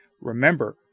Remember